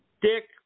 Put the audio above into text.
Dick